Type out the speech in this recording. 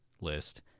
list